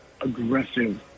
aggressive